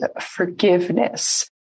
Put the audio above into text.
forgiveness